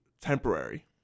temporary